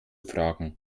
fragen